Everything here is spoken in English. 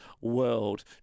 world